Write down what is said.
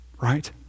right